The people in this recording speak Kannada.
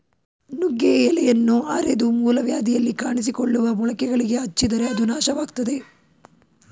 ನುಗ್ಗೆಯ ಎಲೆಯನ್ನ ಅರೆದು ಮೂಲವ್ಯಾಧಿಯಲ್ಲಿ ಕಾಣಿಸಿಕೊಳ್ಳುವ ಮೊಳಕೆಗಳಿಗೆ ಹಚ್ಚಿದರೆ ಅದು ನಾಶವಾಗ್ತದೆ